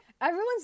Everyone's